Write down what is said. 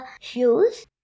shoes